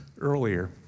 earlier